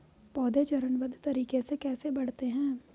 पौधे चरणबद्ध तरीके से कैसे बढ़ते हैं?